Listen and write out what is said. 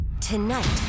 Tonight